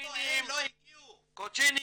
קוצ'ינים,